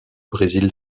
brésil